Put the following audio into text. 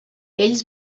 ells